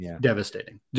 devastating